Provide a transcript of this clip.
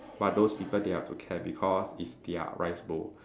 but those people they have to care because it's their rice bowl